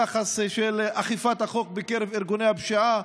יחס של אכיפת החוק בקרב ארגוני הפשיעה,